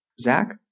Zach